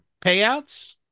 payouts